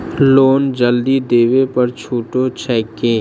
Loan जल्दी देबै पर छुटो छैक की?